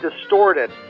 distorted